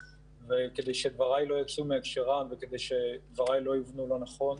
וכדי שדברי לא יצאו מהקשרם וכדי שדברי לא יובנו לא נכון,